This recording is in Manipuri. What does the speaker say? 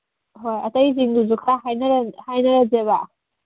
ꯍꯣꯏ ꯑꯇꯩꯁꯤꯡꯗꯨꯁꯨ ꯈꯔ ꯍꯥꯏꯅꯔꯁꯦꯕ